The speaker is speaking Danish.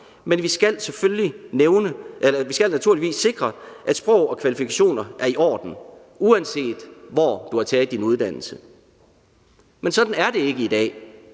men vi skal naturligvis sikre, at sprog og kvalifikationer er i orden, uanset hvor du har taget din uddannelse. Men sådan er det ikke i dag.